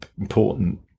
important